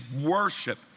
worship